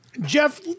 jeff